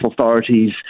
authorities